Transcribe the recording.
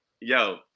yo